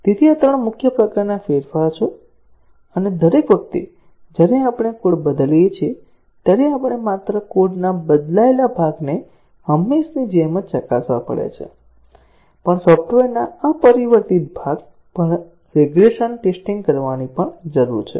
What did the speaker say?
તેથી આ 3 મુખ્ય પ્રકારનાં ફેરફારો છે અને દરેક વખતે જ્યારે આપણે કોડ બદલીએ છીએ ત્યારે આપણે માત્ર કોડના બદલાયેલા ભાગને હંમેશની જેમ જ ચકાસવા પડે છે પણ સોફ્ટવેરના અપરિવર્તિત ભાગ પર રિગ્રેસન ટેસ્ટિંગ કરવાની પણ જરૂર છે